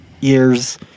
years